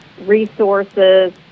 resources